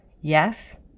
Yes